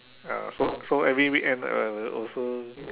ah so so every weekend I will also